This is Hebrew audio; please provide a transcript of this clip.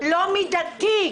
לא מידתי,